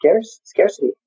scarcity